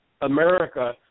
America